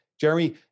Jeremy